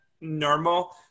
normal